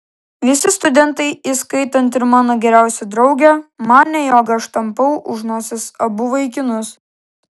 visi studentai įskaitant ir mano geriausią draugę manė jog aš tampau už nosies abu vaikinus